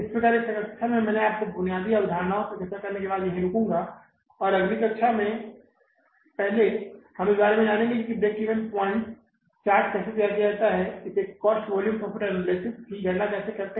इस प्रकार यहाँ इस कक्षा में मैं आपसे बुनियादी अवधारणाओं पर चर्चा करने के बाद यहाँ रुकूंगा और अगली कक्षा में पहले हम इस बारे में जानेंगे कि ब्रेक इवन पॉइंट्स चार्ट कैसे तैयार किया जाए इस कॉस्ट वॉल्यूम प्रॉफिट एनालिसिस की गणना कैसे करें